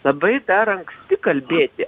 labai dar anksti kalbėti